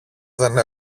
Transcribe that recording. δεν